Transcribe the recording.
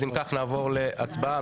אם כך, נעבור להצבעה.